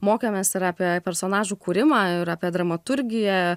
mokėmės ir apie personažų kūrimą ir apie dramaturgiją